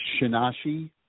Shinashi